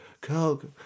Coke